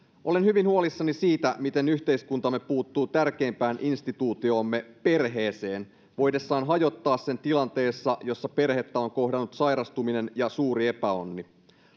olen hyvin huolissani siitä miten yhteiskuntamme puuttuu tärkeimpään instituutioomme perheeseen voidessaan hajottaa sen tilanteessa jossa perhettä on kohdannut sairastuminen ja suuri epäonni